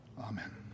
amen